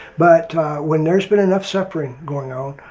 but when there's been enough suffering going on,